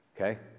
okay